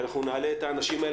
ואנחנו נעלה את האנשים.